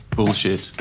Bullshit